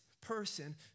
person